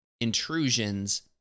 intrusions